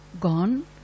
gone